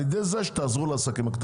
על ידי זה שתעזרו לעסקים הקטנים.